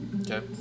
okay